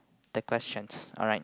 ten questions alright